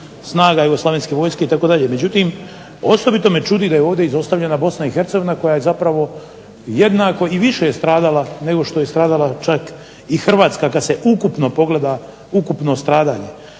snaga Jugoslavenske vojske itd. Međutim, osobito me čudi da je ovdje izostavljena BiH koja je zapravo jednako i više je stradala nego što je stradala čak i Hrvatska kada se ukupno pogleda, ukupno slaganje.